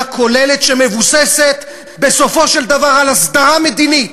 כוללת שמבוססת בסופו של דבר על הסדרה מדינית,